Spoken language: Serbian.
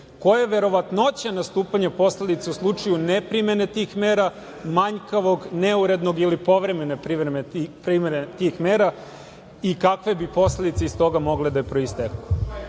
koja je verovatnoća nastupanja posledica u slučaju ne primene tih mera, manjkavog, neurednog ili povremene primene tih mera i kakve bi posledice iz toga mogle da proisteknu. Umesto